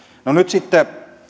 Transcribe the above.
no nyt sitten